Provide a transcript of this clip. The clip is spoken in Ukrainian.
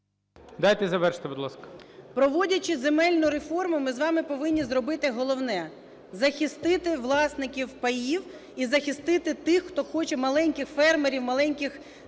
Дайте завершити, будь ласка. МАРКАРОВ О.С. Проводячи земельну реформу, ми з вами повинні зробити головне: захистити власників паїв і захистити тих, хто хоче, маленьких фермерів, маленьких